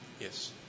Yes